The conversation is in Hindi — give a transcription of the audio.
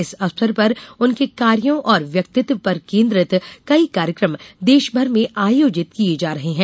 इस अवसर पर उनके कार्यो और व्यक्तित्व पर केन्द्रित कई कार्यक्रम देशभर में आयोजित किये जा रहे हैं